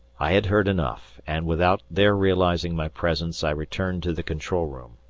i had heard enough, and, without their realizing my presence, i returned to the control room.